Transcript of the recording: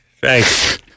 Thanks